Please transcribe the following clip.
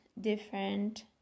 different